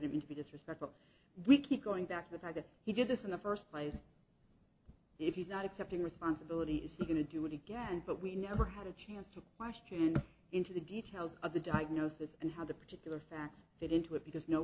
apologize to be disrespectful we keep going back to the fact that he did this in the first place if he's not accepting responsibility is he going to do it again but we never had a chance to question into the details of the diagnosis and how the particular facts fit into it because no